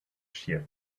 shear